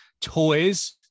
toys